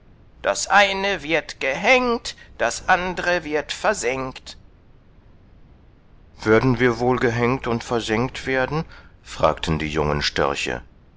das eine wird gehängt das andre wird versengt werden wir wohl gehängt und versengt werden fragten die jungen störche